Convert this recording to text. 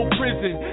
prison